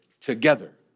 together